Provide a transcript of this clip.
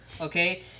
Okay